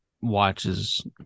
watches